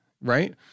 Right